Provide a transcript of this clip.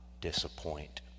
disappoint